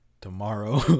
tomorrow